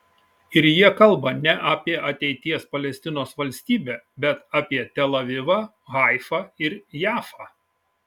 ir jie kalba ne apie ateities palestinos valstybę bet apie tel avivą haifą ir jafą